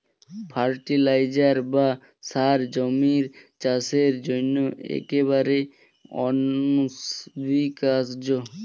fertiliser বা সার জমির চাষের জন্য একেবারে অনস্বীকার্য